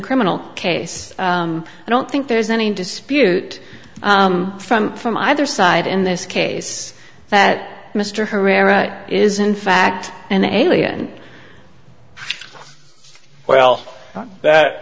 criminal case i don't think there's any dispute from from either side in this case that mr herrera is in fact an alien well that